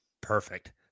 Perfect